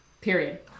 period